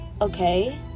Okay